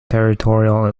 territorial